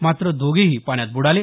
मात्र दोघेही पाण्यात ब्रडाले